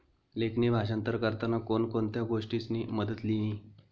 लेखणी भाषांतर करताना कोण कोणत्या गोष्टीसनी मदत लिनी